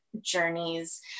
journeys